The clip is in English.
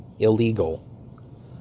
illegal